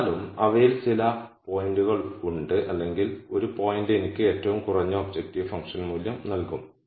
എന്നിരുന്നാലും അവയിൽ ചില പോയിന്റുകൾ ഉണ്ട് അല്ലെങ്കിൽ ഒരു പോയിന്റ് എനിക്ക് ഏറ്റവും കുറഞ്ഞ ഒബ്ജക്റ്റീവ് ഫംഗ്ഷൻ മൂല്യം നൽകും